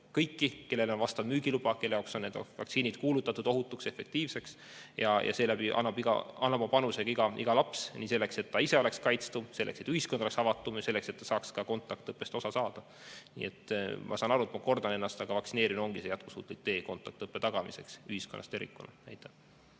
kõiki, kui on vastav müügiluba ja nende jaoks on need vaktsiinid kuulutatud ohutuks ja efektiivseks. Seeläbi annab oma panuse ka iga laps, selleks et ta ise oleks kaitstud, selleks et ühiskond oleks avatum ja selleks et ta saaks kontaktõppest osa. Ma saan aru, et ma kordan ennast, aga vaktsineerimine ongi see jätkusuutlik tee kontaktõppe tagamiseks ühiskonnas tervikuna.